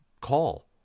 call